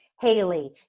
Haley